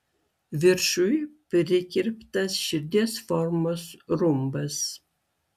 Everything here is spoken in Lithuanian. viršuj prikirptas širdies formos rumbas